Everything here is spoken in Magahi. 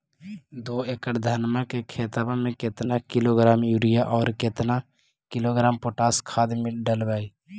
दो एकड़ धनमा के खेतबा में केतना किलोग्राम युरिया और केतना किलोग्राम पोटास खाद डलबई?